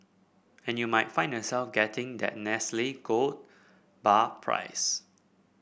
and you might find yourself getting that Nestle gold bar prize